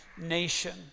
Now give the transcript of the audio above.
nation